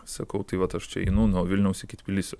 sakau tai vat aš čia einu nuo vilniaus iki tbilisio